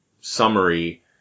summary